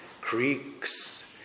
Creeks